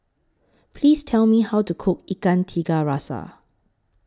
Please Tell Me How to Cook Ikan Tiga Rasa